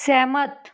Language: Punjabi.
ਸਹਿਮਤ